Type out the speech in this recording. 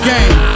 Game